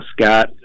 Scott